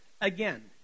Again